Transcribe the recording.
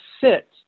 sit